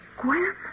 Gwen